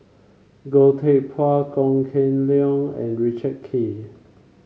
Goh Teck Phuan Goh Kheng Long and Richard Kee